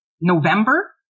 November